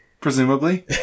Presumably